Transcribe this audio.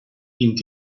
vint